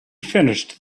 finished